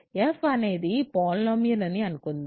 f అనేది polynomial అని అనుకుందాం